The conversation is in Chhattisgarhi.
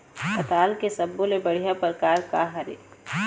पताल के सब्बो ले बढ़िया परकार काहर ए?